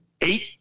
Eight